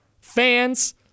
fans